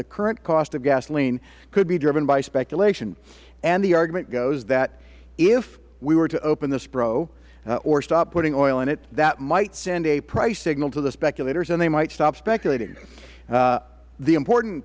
the current cost of gasoline could be driven by speculation and the argument goes that if we were to open the spro or stop putting oil in it that might send a price signal to the speculators and they might stop speculating the important